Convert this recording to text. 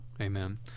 Amen